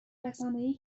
رسانهای